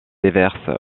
déverse